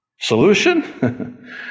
Solution